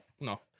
No